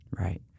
Right